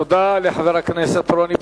תודה לחבר הכנסת רוני בר-און.